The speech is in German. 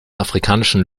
afrikanischen